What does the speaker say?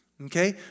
Okay